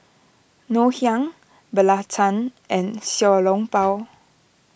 Ngoh Hiang Belacan and Xiao Long Bao